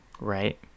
right